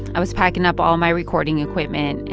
i was packing up all my recording equipment. and